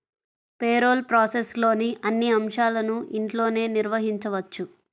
payroll ప్రాసెస్లోని అన్ని అంశాలను ఇంట్లోనే నిర్వహించవచ్చు